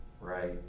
right